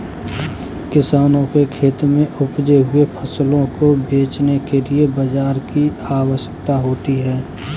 किसानों के खेत में उपजे हुए फसलों को बेचने के लिए बाजार की आवश्यकता होती है